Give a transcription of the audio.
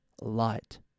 light